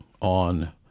on